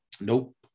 Nope